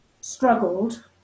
struggled